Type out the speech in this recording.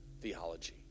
theology